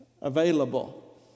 available